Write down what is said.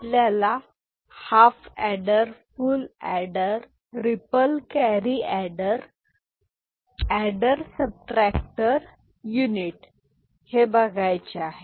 आपल्याला half adder full adder ripple carry adder adder subtractor unit बघायचे आहे